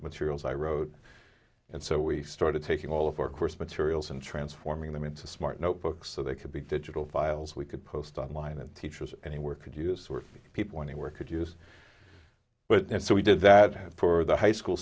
materials i wrote and so we started taking all of our course materials and transforming them into smart notebooks so they could be digital files we could post online and teachers anywhere could use where people anywhere could use but so we did that have for the high school